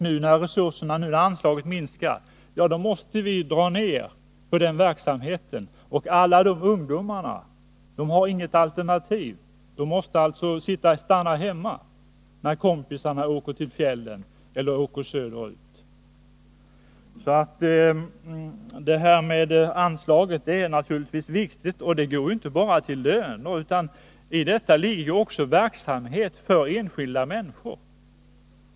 När anslaget nu minskar måste vi dra ner på den verksamheten, och alla de ungdomarna har inget alternativ, utan måste stanna hemma när kompisarna åker till fjällen eller reser söderut. Anslaget är viktigt. Det går inte bara till löner utan där ingår också verksamhet för enskilda människor.